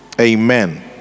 Amen